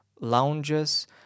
lounges